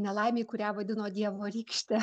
nelaimei kurią vadino dievo rykšte